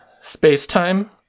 space-time